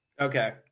Okay